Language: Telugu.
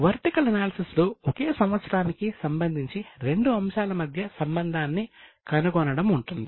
వర్టికల్ అనాలసిస్ లో ఒకే సంవత్సరానికి సంబంధించి రెండు అంశాల మధ్య సంబంధాన్ని కనుగొనడం ఉంటుంది